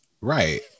Right